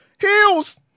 Heels